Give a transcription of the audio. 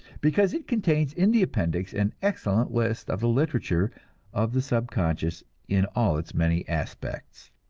because it contains in the appendix an excellent list of the literature of the subconscious in all its many aspects.